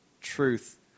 truth